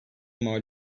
mal